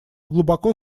глубоко